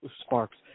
sparks